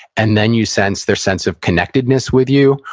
and then, you sense their sense of connectedness with you,